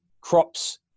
crops